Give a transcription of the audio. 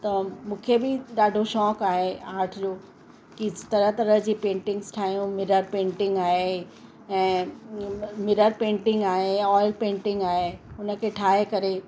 त मूंखे बि ॾाढो शौक़ु आहे आर्ट जो की तरह तरह जी पेंटिंग्स ठाहियूं मिरर पेंटिंग आहे ऐं मिरर पेंटिंग आहे ऑयल पेंटिंग आहे हुन खे ठाहे करे